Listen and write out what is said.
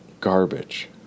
garbage